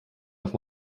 auf